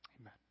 amen